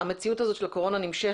שהמציאות הזו של הקורונה נמשכת,